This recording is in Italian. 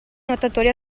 nuotatori